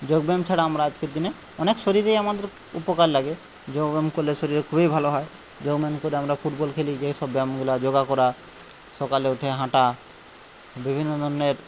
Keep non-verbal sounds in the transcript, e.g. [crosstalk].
যোগব্যায়াম ছাড়া আমরা আজকের দিনে অনেক শরীরেই আমাদের উপকার লাগে যোগব্যায়াম করলে শরীরে খুবই ভালো হয় যোগব্যায়াম করে আমরা ফুটবল খেলি যে সব ব্যায়াম [unintelligible] যোগা করা সকালে উঠে হাঁটা বিভিন্ন ধরণের